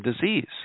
disease